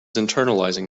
internalizing